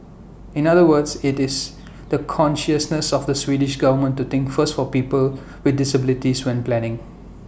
in other words IT is the consciousness of the Swedish government to think first for persons with disabilities when planning